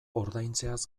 ordaintzeaz